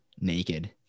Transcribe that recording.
naked